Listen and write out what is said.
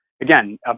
Again